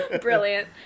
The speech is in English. Brilliant